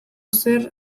zer